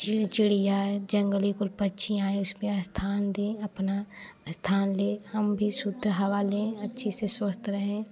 चिड़ चिड़िया जंगली कुल पक्षियाँ आई उस पर स्थान दें अपना स्थान लें हम भी शुद्ध हवा लें अच्छे से स्वस्थ रहें